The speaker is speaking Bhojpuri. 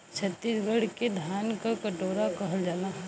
छतीसगढ़ के धान क कटोरा कहल जाला